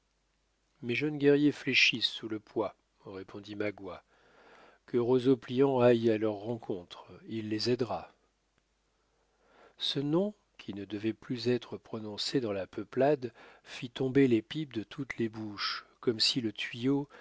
mes jeunes guerriers fléchissent sous le poids répondit magua que roseau pliant aille à leur rencontre il les aidera ce nom qui ne devait plus être prononcé dans la peuplade fit tomber les pipes de toutes les bouches comme si le tuyau